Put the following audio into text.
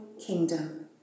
kingdom